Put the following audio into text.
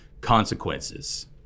consequences